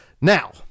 Now